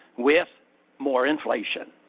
with more inflation.